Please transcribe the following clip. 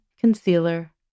concealer